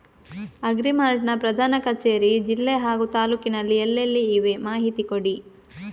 Agri mart ನ ಪ್ರಧಾನ ಕಚೇರಿ ಜಿಲ್ಲೆ ಹಾಗೂ ತಾಲೂಕಿನಲ್ಲಿ ಎಲ್ಲೆಲ್ಲಿ ಇವೆ ಮಾಹಿತಿ ಕೊಡಿ?